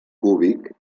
cúbic